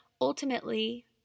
ultimately